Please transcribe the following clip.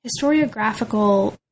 historiographical